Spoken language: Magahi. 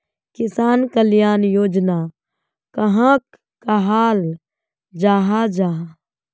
किसान कल्याण योजना कहाक कहाल जाहा जाहा?